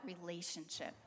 relationship